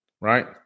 right